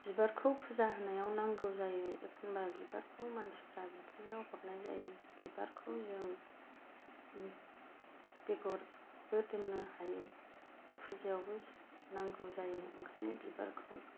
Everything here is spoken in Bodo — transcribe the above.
बिबारखौ फुजा होनायाव नांगौ जायो एखमबा बिबारखौ मानसिफ्रा बिफैनायआव हरनाय जायो बिबारखौ जों बेगरबो दोननो हायो फुजायावबो नांगौ जायो ओंखायनो बिबारखौ